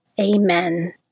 Amen